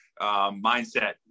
mindset